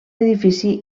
edifici